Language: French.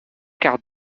quart